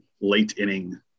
late-inning